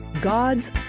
God's